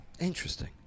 Interesting